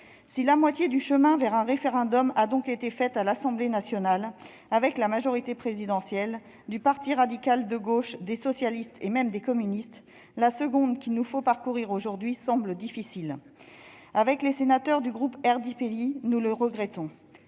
Si la moitié du chemin vers un référendum a donc été faite à l'Assemblée nationale avec la majorité présidentielle et des élus du parti radical de gauche, des socialistes et même des communistes, la seconde, qu'il nous faut parcourir aujourd'hui, semble difficile. Avec les sénateurs du groupe RDPI, nous le regrettons.